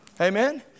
Amen